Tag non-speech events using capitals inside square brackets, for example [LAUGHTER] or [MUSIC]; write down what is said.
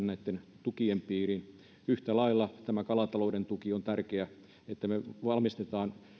[UNINTELLIGIBLE] näitten tukien piiriin yhtä lailla tämä kalatalouden tuki on tärkeä kun me valmistamme